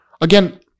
again